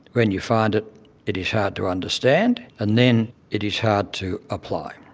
when you find it, it is hard to understand, and then it is hard to apply.